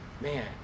Man